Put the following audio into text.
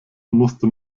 musste